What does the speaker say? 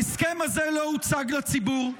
ההסכם הזה לא הוצג לציבור,